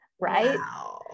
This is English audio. Right